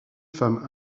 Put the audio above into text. femme